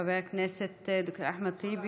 חבר הכנסת אחמד טיבי,